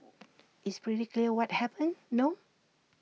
it's pretty clear what happened no